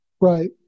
Right